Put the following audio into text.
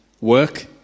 work